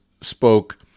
spoke